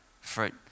fruit